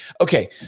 Okay